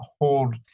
hold